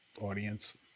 audience